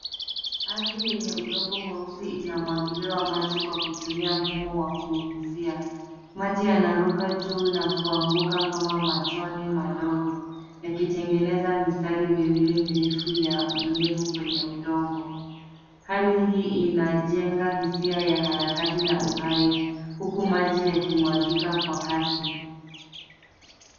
Ardhi yenye udongo mweusi inamwagiliwa maji kwa kutumia mfumo wa kunyunyizia. Maji yanaruka juu na kuanguka kama matone madogo, yakitengeneza mistari miwili mirefu ya unyevu kwenye udongo. Hali hii inajenga hisia ya harakati na uhai huku maji yakimwagika kwa kasi.